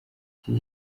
iki